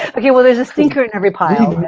okay well there's a stinker in every pile.